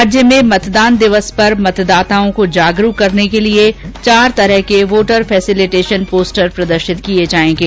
राज्य में मतदान दिवस पर मतदाताओं को जागरूक करने के लिए चार तरह के वोटर फेसिलिटेशन पोस्टर प्रदर्शित किये जायेंगे